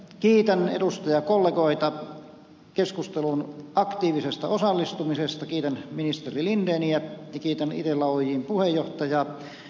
kiitän edustajakollegoita aktiivisesta osallistumisesta keskusteluun kiitän ministeri lindeniä ja kiitän itella oyjn hallintoneuvoston puheenjohtajaa